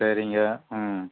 சரிங்க ம்